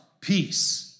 Peace